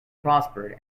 prospered